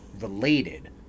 related